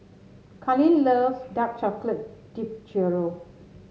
Karlene loves Dark Chocolate Dipped Churro